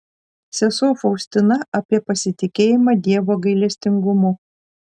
sesuo faustina apie pasitikėjimą dievo gailestingumu